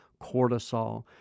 cortisol